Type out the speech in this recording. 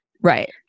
Right